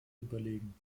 überlegen